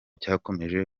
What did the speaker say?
cyakomeje